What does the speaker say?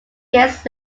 years